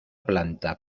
planta